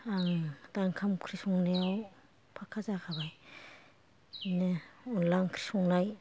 आं दा ओंखाम ओंख्रि संनायाव फाखा जाखाबाय बिदिनो अनला ओंख्रि संनाय